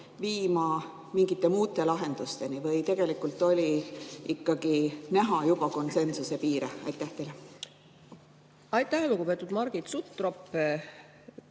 viima mingite muude lahendusteni, või tegelikult oli ikkagi näha juba konsensuse piire? Aitäh, lugupeetud Margit Sutrop!